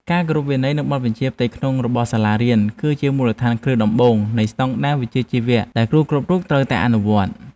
ការគោរពវិន័យនិងបទបញ្ជាផ្ទៃក្នុងរបស់សាលារៀនគឺជាមូលដ្ឋានគ្រឹះដំបូងនៃស្តង់ដារវិជ្ជាជីវៈដែលគ្រូគ្រប់រូបត្រូវតែអនុវត្ត។